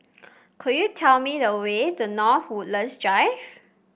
could you tell me the way to North Woodlands Drive